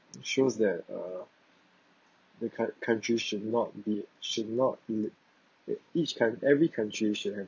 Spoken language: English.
it shows that uh the coun~ countries should not be should not be each coun~ every country should have